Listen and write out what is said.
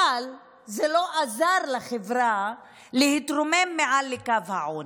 אבל זה לא עזר לחברה להתרומם מעל לקו העוני.